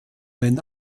wenn